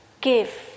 give